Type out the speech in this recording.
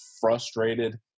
frustrated